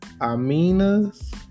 Amina's